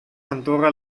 andorra